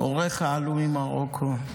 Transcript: הורייך עלו ממרוקו.